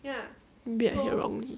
maybe I hear wrongly